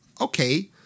Okay